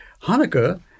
Hanukkah